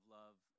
love